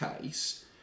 case